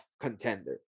contender